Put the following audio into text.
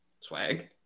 Swag